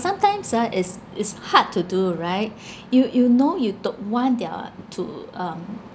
sometimes ah is is hard to do right you you know you don't want their to um